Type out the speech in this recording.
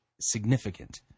significant